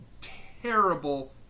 Terrible